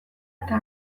eta